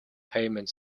payment